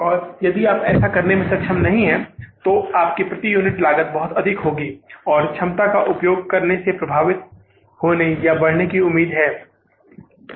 और यदि आप ऐसा करने में सक्षम नहीं हैं तो आपकी प्रति यूनिट लागत बहुत अधिक होगी और क्षमता के उपयोग से प्रभावित होने या बढ़ने की उम्मीद है